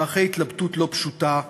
ואחרי התלבטות לא פשוטה,